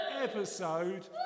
episode